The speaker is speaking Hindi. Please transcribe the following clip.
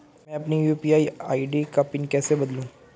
मैं अपनी यू.पी.आई आई.डी का पिन कैसे बदलूं?